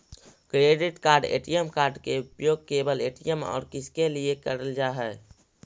Credit card ATM card के उपयोग केवल ए.टी.एम और किसके के लिए करल जा है?